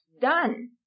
done